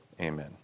amen